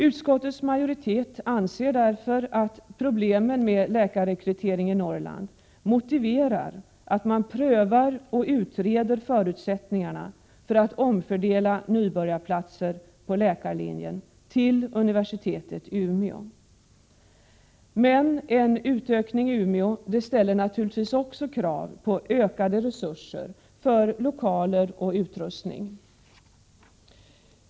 Utskottets majoritet anser därför att problemen med läkarrekrytering i Norrland motiverar att man prövar och utreder förutsättningarna för att omfördela nybörjarplatser på läkarlinjen till universitetet i Umeå. Men en utökning i Umeå ställer naturligtvis också krav på ökade resurser för lokaler och utrustning.